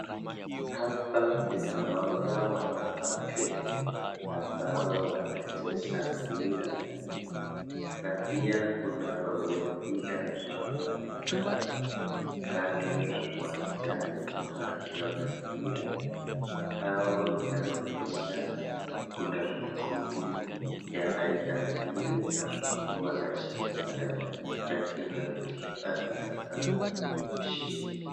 Hapa ninaona wanawake ambao wanacheza mpira na pia kuna wengine ambao wamekaa kando ya uwanjani wakiwa na mpira au inaonyesha kuna kikundi ya aina mbili ambao wanashindana na kila mtu anataka akuwe mshindi.